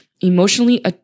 emotionally